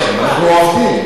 אנחנו לא מפרגנים, אנחנו עובדים.